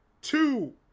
two